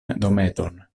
dometon